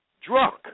drunk